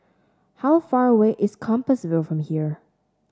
how far away is Compassvale from here